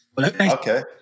Okay